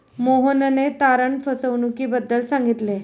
मोहनने तारण फसवणुकीबद्दल सांगितले